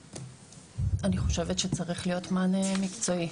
אני חושבת שצריך להיות מענה מקצועי